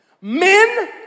Men